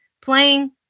playing